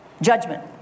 Judgment